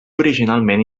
originalment